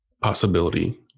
possibility